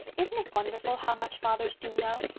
isn't it wonderful how much fathers do know?